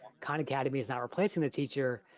khan academy is not replacing the teacher,